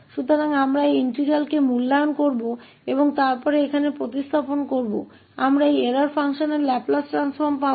इसलिए हम इस इंटीग्रल का मूल्यांकन करेंगे और फिर यहां स्थानापन्न करेंगे हमें इस एरर फंक्शन का लैपलेस ट्रांसफॉर्म मिलेगा